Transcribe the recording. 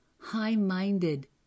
high-minded